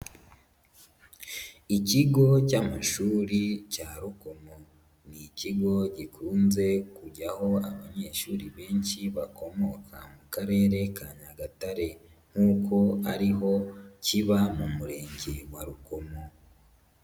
Ikigo cy'amashuri cya Rkomo. Ni ikigo gikunze kujyaho abanyeshuri benshi bakomoka mu Karere ka Nyagatare nk'uko ariho kiba mu Murenge wa Rukomo.